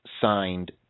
signed